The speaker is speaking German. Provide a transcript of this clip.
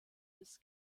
bis